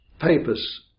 papers